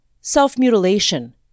self-mutilation